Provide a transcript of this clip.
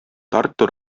tartu